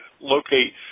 locate